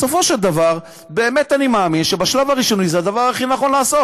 בסופו של דבר באמת אני מאמין שבשלב הראשוני זה הדבר הכי נכון לעשות.